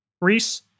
Reese